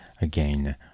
again